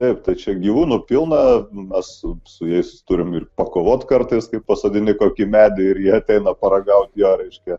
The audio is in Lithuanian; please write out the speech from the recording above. taip tai čia gyvūnų pilna mes su jais turim ir pakovot kartais kai pasodini kokį medį ir jie ateina paragauti jo reiškia